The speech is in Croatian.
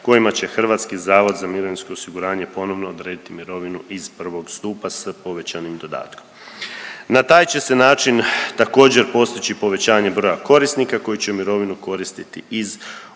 kojima će HZMO ponovno odrediti mirovinu iz I. stupa s povećanim dodatkom. Na taj će se način također postići povećanje broja korisnika koji će mirovinu koristiti iz oba